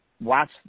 watch